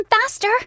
faster